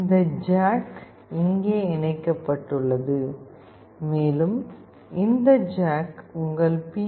இந்த ஜாக் இங்கே இணைக்கப்பட்டுள்ளது மேலும் இந்த ஜாக் உங்கள் பி